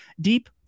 deep